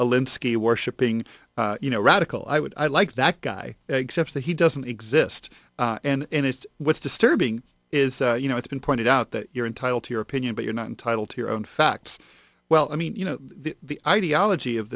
alinsky worshipping you know radical i would i like that guy except that he doesn't exist and it's what's disturbing is you know it's been pointed out that you're entitled to your opinion but you're not entitled to your own facts well i mean you know the ideology of